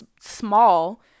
small